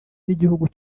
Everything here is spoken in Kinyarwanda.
n’igihugu